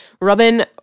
Robin